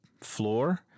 floor